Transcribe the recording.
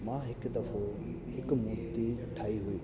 मां हिकु दफ़ो हिक मूर्ती ठाही हुई